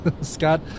Scott